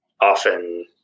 often